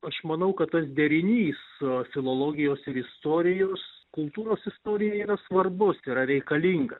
aš manau kad tas derinys filologijos ir istorijos kultūros istorijai yra svarbus yra reikalinga